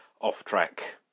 off-track